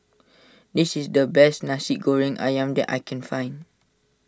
this is the best Nasi Goreng Ayam that I can find